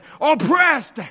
oppressed